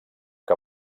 que